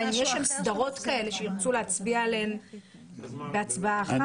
יש שם סדרות כאלה שירצו להצביע עליהן בהצבעה אחת?